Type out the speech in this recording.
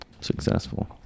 successful